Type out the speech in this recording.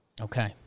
Okay